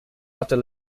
after